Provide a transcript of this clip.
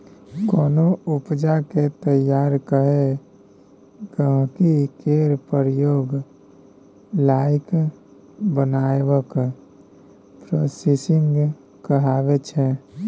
कोनो उपजा केँ तैयार कए गहिंकी केर प्रयोग लाएक बनाएब प्रोसेसिंग कहाबै छै